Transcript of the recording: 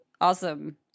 awesome